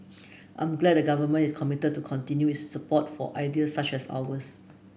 I'm glad the Government is committed to continue its support for ideas such as ours